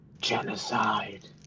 Genocide